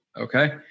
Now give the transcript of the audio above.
Okay